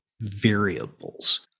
variables